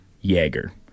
Jaeger